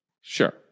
Sure